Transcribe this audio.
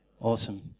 Awesome